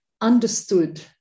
understood